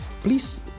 please